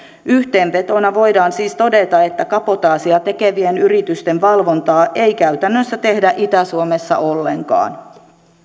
yhteenvetona voidaan siis todeta että kabotaasia tekevien yritysten valvontaa ei käytännössä tehdä itä suomessa ollenkaan